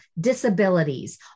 disabilities